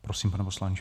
Prosím, pane poslanče.